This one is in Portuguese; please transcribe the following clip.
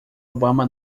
obama